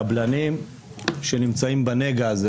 קבלנים שנמצאים בנגע הזה,